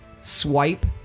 swipe